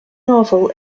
novel